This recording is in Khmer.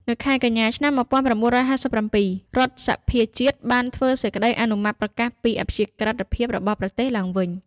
នៅខែកញ្ញា ឆ្នាំ ១៩៥៧ រដ្ឋសភាជាតិបានធ្វើសេចក្តីអនុម័តប្រកាសពីអព្យាក្រិតភាពរបស់ប្រទេសឡើងវិញ។